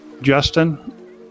Justin